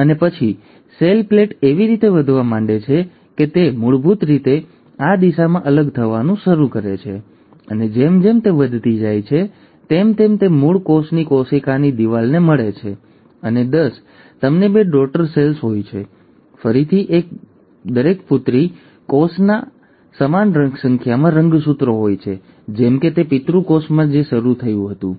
અને પછી cell plate એવી રીતે વધવા માંડે છે કે તે મૂળભૂત રીતે આ દિશામાં આગળ વધવાનું શરૂ કરે છે અને જેમ જેમ તે વધતી જાય છે તેમ તેમ તે મૂળ કોષની કોશિકાની દિવાલને મળે છે અને દસ તમને બે ડૉટર સેલ્સ હોય છે ફરીથી દરેક પુત્રી કોષમાં સમાન સંખ્યામાં રંગસૂત્રો હોય છે જેમ કે તે પિતૃ કોષમાં જે શરૂ થયું હતું